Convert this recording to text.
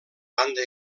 banda